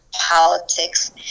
politics